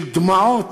של דמעות,